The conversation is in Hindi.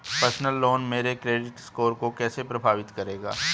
पर्सनल लोन मेरे क्रेडिट स्कोर को कैसे प्रभावित करेगा?